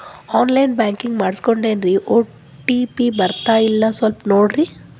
on line banking ಮಾಡಿಸ್ಕೊಂಡೇನ್ರಿ OTP ಬರ್ತಾಯಿಲ್ಲ ಸ್ವಲ್ಪ ನೋಡ್ರಿ